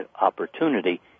opportunity